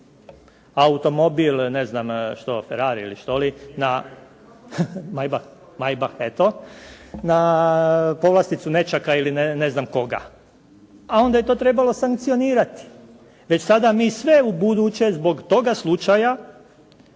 automobil, ne znam što, Ferrari, što li, Maybach, eto, na povlasticu nećaka ili ne znam koga. A onda je to trebalo sankcionirati. Već sada mi sve ubuduće zbog toga slučaja